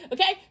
Okay